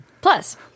Plus